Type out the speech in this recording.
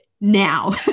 now